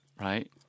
Right